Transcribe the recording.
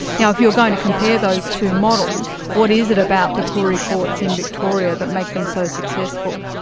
now if you're going to compare those two models, what is it about the koori courts in victoria that make them so successful?